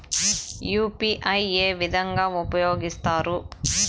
UPI ఏ విధంగా ఉపయోగిస్తారు?